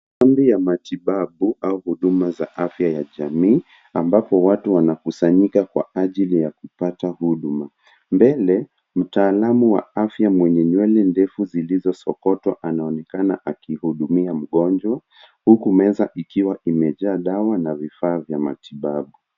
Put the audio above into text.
Ukumbi ya mtibabu au huduma za zfya ya jamii ambapo watu wanakusanyika kwa ajili ya kupata huduma. Mbele mtaalamu wa afya mwenye nywele ndefu zilizosokotwa anaonekana akihudumia mgonjwa huku meza ikiwa imejaa dawa na vifaa vya matibabu.